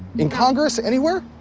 in congress? anywhere?